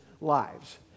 lives